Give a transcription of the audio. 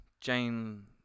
Jane